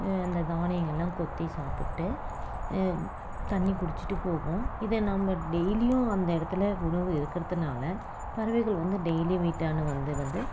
அந்த தானியங்களெலாம் கொத்தி சாப்பிட்டு தண்ணி குடிச்சுட்டு போகும் இது நம்ம டெய்லியும் அந்த இடத்துல உணவு இருக்கிறதுனால பறவைகள் வந்து டெய்லி வீட்டாண்ட வந்து வந்து